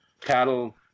cattle